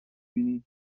بینی